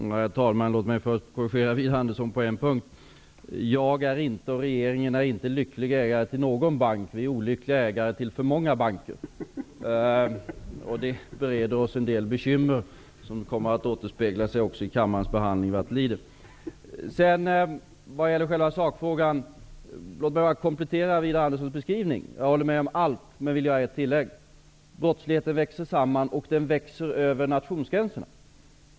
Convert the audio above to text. Herr talman! Låt mig först korrigera Widar Andersson på en punkt. Jag är inte och regeringen är inte lycklig ägare till någon bank. Vi är olyckliga ägare till alltför många banker. Det bereder oss en del bekymmer, som också kommer att återspeglas i kammarens arbete vad det lider. Låt mig i sakfrågan komplettera Widar Anderssons beskrivning. Jag håller med om allt, men jag vill göra ett tillägg. Brottsligheten växer samman och den växer över nationsgränserna.